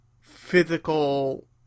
physical